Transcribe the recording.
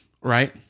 Right